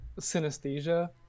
synesthesia